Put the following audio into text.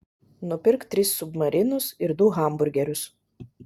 nupirk tris submarinus ir du hamburgerius